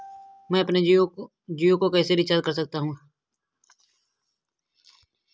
मैं अपने जियो को कैसे रिचार्ज कर सकता हूँ?